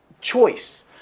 choice